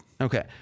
Okay